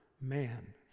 man